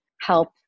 help